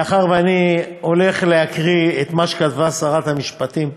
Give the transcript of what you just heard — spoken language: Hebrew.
מאחר שאני הולך להקריא את מה שכתבה שרת המשפטים,